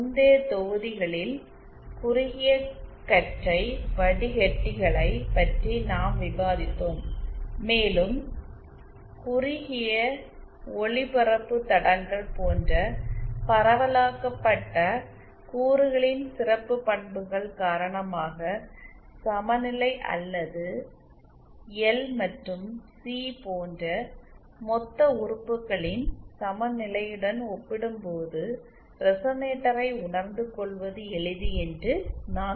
முந்தைய தொகுதிகளில் குறுகிய கற்றை வடிகட்டிகளை பற்றி நாம் விவாதித்தோம் மேலும் குறுகிய ஒலிபரப்பு தடங்கள் போன்ற பரவலாக்கப்பட்ட கூறுகளின் சிறப்பு பண்புகள் காரணமாக சமநிலை அல்லது எல் மற்றும் சி போன்ற மொத்த உறுப்புகளின் சமநிலையுடன் ஒப்பிடும்போது ரெசனேட்டரை உணர்ந்து கொள்வது எளிது என்று நான் கூறி இருக்கிறேன்